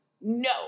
no